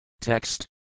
text